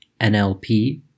NLP